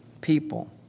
people